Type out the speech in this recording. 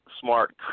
smart